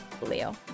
Leo